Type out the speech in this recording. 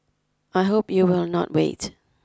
I hope you will not wait